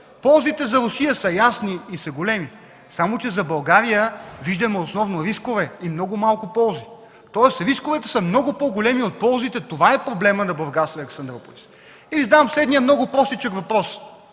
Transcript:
ползите за Русия са ясни и са големи, само че за България виждаме основно рискове и много малко ползи. Тоест рисковете са много по-големи от ползите –това е проблемът на „Бургас – Александруполис”. Задавам следния много простичък въпрос: